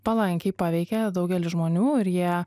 palankiai paveikė daugelį žmonių ir jie